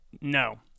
no